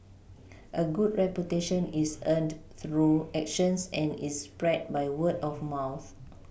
a good reputation is earned through actions and is spread by word of mouth